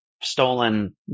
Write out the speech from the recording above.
stolen